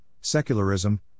secularism